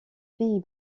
pays